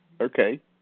Okay